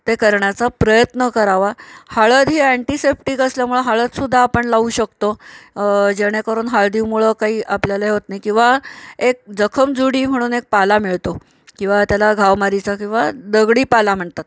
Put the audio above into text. ते करण्याचा प्रयत्न करावा हळद ही अँटिसेप्टिक असल्यामुळं हळदसुद्धा आपण लावू शकतो जेणेकरून हळदीमुळं काही आपल्याला होत नाही किंवा एक जखमजुडी म्हणून एक पाला मिळतो किंवा त्याला घावमारीचा किंवा दगडी पाला म्हणतात